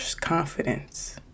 confidence